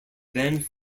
then